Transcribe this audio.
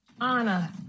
Anna